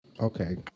okay